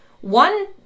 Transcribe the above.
One